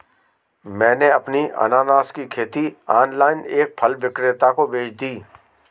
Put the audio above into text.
मैंने अपनी अनन्नास की खेती ऑनलाइन एक फल विक्रेता को बेच दी